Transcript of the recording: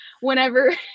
whenever